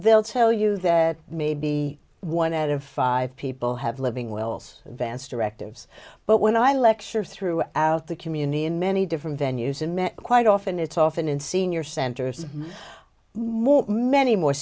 they'll tell you that maybe one out of five people have living wills vance directives but when i lecture throughout the community in many different venues and met quite often it's often in senior centers more many more